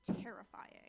terrifying